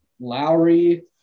Lowry